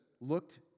looked